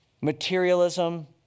materialism